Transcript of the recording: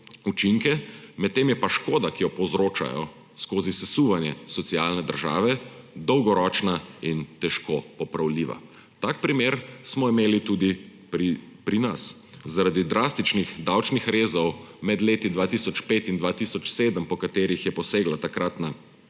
učinke, medtem je pa škoda, ki jo povzročajo skozi sesuvanje socialne države, dolgoročna in težko popravljiva. Tak primer smo imeli tudi pri nas. Zaradi drastičnih davčnih rezov med letoma 2005 in 2007, po katerih je posegla takratna